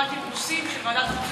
דיפלומטים רוסים, של ועדת חוץ וביטחון.